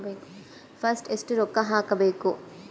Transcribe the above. First ಎಷ್ಟು ರೊಕ್ಕ ಹಾಕಬೇಕು?